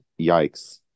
Yikes